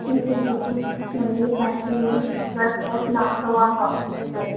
جی بالکل کچھ نہیں یہ ٹینشن میں ہی زیادہ فریش لاؤ تو آپ واپس کر دینا